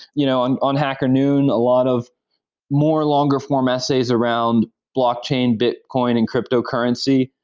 you know on on hacker noon a lot of more longer form essays around blockchain, bitcoin and cryptocurrency,